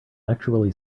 actually